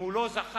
אם הוא לא זכר